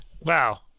Wow